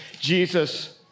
Jesus